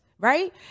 right